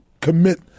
commit